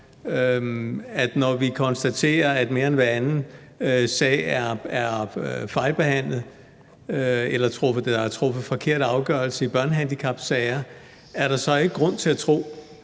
Når vi konstaterer, at mere end hver anden sag er fejlbehandlet eller der er truffet forkerte afgørelser i børnehandicapsager, er der så ikke grund til at tro,